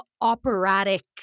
operatic